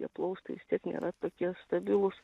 tie plaustai vis tiek nėra tokie stabilūs